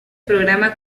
programa